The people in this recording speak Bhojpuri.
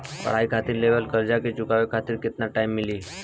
पढ़ाई खातिर लेवल कर्जा के चुकावे खातिर केतना टाइम मिली?